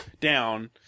down